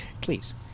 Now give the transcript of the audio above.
Please